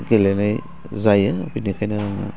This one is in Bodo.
गेलेनाय जायो बिनिखायनो आङो